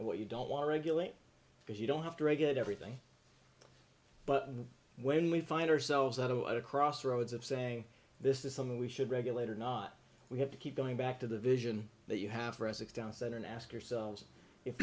and what you don't want to regulate because you don't have to regulate everything but when we find ourselves out of at a crossroads of saying this is something we should regulate or not we have to keep going back to the vision that you